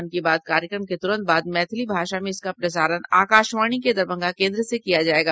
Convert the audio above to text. मन की बात कार्यक्रम के त्रंत बाद मैथिली भाषा में इसका प्रसारण आकाशवाणी के दरभंगा केन्द्र से किया जायेगा